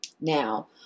Now